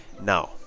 Now